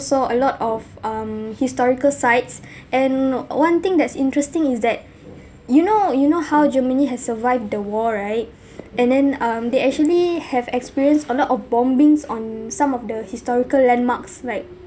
saw a lot of um historical sites and one thing that's interesting is that you know you know how germany has survived the war right and then um they actually have experienced a lot of bombings on some of the historical landmarks like